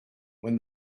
when